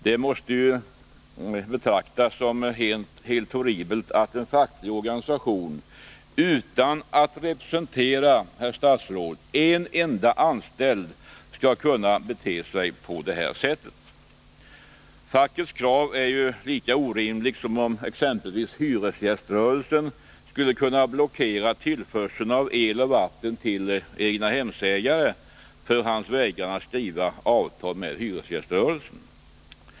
Det måste ju betraktas som helt horribelt att en facklig organisation utan att, herr statsråd, representera en enda anställd skall kunna bete sig på det sätt som det här gäller. Fackets krav är ju lika orimligt som om exempelvis hyresgäströrelsen skulle kunna blockera tillförseln av el och vatten till en egnahemsägare för dennes vägran att skriva avtal med hyresgäströrelsen.